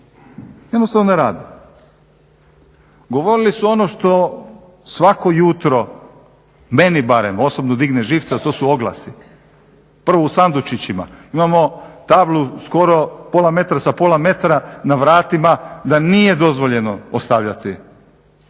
jednostavno ne radi. govorili su ono što svako jutro meni barem osobno digne živce a to su oglasi, prvo u sandučićima, imamo tablu skoro pola metra sa pola metra na vratima da nije dozvoljeno ostavljati